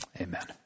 amen